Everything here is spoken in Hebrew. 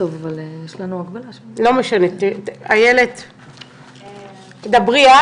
לא משנה, תדברי את